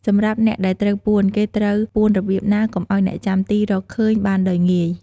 សម្រាប់អ្នកដែលត្រូវពួន គេត្រូវពួនរបៀបណា កុំឱ្យអ្នកចាំទីរកឃើញ បានដោយងាយ។